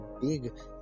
big